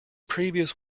previous